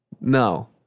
No